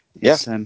yes